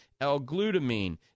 L-glutamine